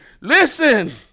listen